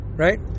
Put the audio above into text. Right